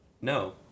No